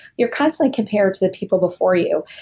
you're constantly compared to the people before you.